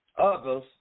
others